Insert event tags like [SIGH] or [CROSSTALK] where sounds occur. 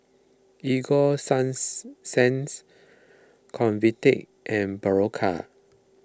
Ego [UNINTELLIGIBLE] Convatec and Berocca